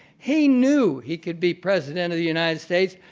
he knew he could be president of the united states.